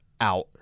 out